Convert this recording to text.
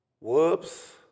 Whoops